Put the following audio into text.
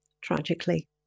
tragically